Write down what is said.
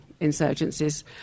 insurgencies